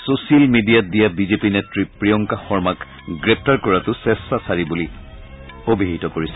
চ ছিয়েল মিডিয়াত দিয়া বিজেপি নেত্ৰী প্ৰিয়ংকা শৰ্মাক গ্ৰেপ্তাৰ কৰাটো স্কেচ্ছাচাৰী কাৰ্য বুলি কৈছে